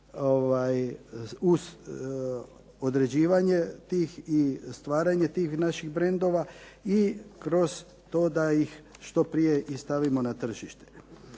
uz određivanje tih i stvaranje tih naših brendova i kroz to da ih što prije i stavimo na tržište.